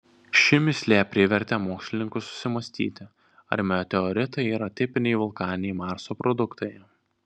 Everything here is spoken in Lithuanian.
ši mįslė privertė mokslininkus susimąstyti ar meteoritai yra tipiniai vulkaniniai marso produktai